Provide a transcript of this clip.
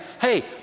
hey